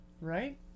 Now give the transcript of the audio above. Right